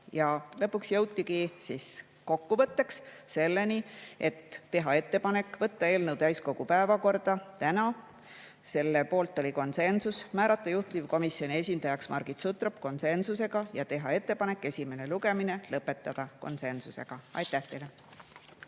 Lõpuks jõuti kokkuvõtteks otsusteni teha ettepanek võtta eelnõu täiskogu päevakorda täna – selle poolt oli konsensus –, määrata juhtivkomisjoni esindajaks Margit Sutrop – konsensusega – ja teha ettepanek esimene lugemine lõpetada. Ka konsensusega. Aitäh teile!